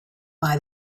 buy